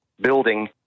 building